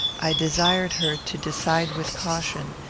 i desired her to decide with caution,